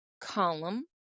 column